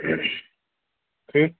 ٹھیٖک